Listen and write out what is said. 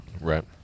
Right